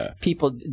people